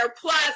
Plus